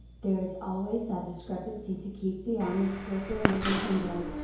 there is always that discrepancy to keep the honest worker really humble.